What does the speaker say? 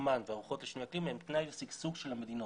ופחמן וערוכות לשינוי אקלים הן תנאי לשגשוג של המדינות.